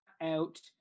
out